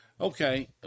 Okay